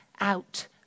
out